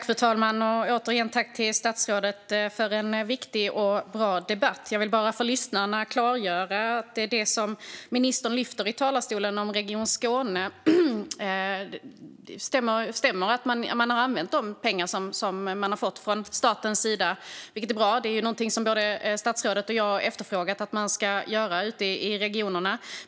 Fru talman! Återigen tack till statsrådet för en viktig och bra debatt! Det ministern lyfter i talarstolen om Region Skåne stämmer. Man har använt de pengar man fått från statens sida, vilket är bra. Både statsrådet och jag har efterfrågat att man ska göra så ute i regionerna.